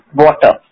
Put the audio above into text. water